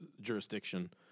jurisdiction